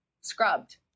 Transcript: scrubbed